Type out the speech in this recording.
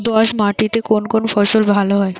দোঁয়াশ মাটিতে কোন কোন ফসল ভালো হয়?